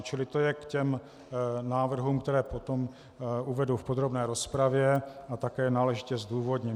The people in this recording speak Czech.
Čili to je k těm návrhům, které potom uvedu v podrobné rozpravě a také náležitě zdůvodním.